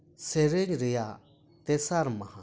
ᱥᱮᱨᱮᱧ ᱨᱮᱭᱟᱜ ᱛᱮᱥᱟᱨ ᱢᱟᱦᱟ